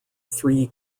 three